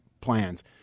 plans